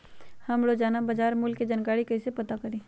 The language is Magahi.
हम रोजाना बाजार मूल्य के जानकारी कईसे पता करी?